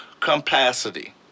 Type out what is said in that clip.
capacity